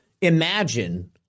imagine